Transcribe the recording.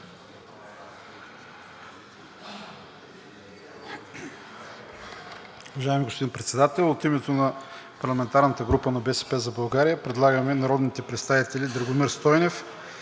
Уважаеми господин Председател! От името на парламентарната група на „БСП за България“ предлагам народните представители Драгомир Стойнев